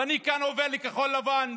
ואני כאן עובר לכחול לבן,